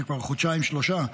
חודשיים-שלושה,